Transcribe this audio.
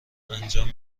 انجام